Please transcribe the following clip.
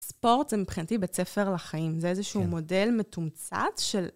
ספורט זה מבחינתי בית ספר לחיים, זה איזשהו מודל מתומצת של...